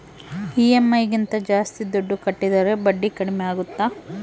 EMI ಗಿಂತ ಜಾಸ್ತಿ ದುಡ್ಡು ಕಟ್ಟಿದರೆ ಬಡ್ಡಿ ಕಡಿಮೆ ಆಗುತ್ತಾ?